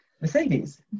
Mercedes